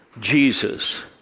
Jesus